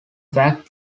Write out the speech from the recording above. fact